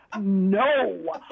no